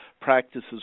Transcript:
practices